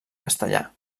castellà